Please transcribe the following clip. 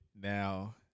Now